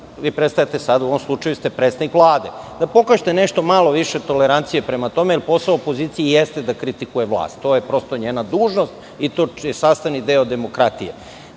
a vi ste u ovom slučaju predstavnik Vlade, da pokažete nešto malo više tolerancije prema tome. Posao opozicije jeste da kritikuje vlast, to je prosto njena dužnost i to je sastavni deo demokratije.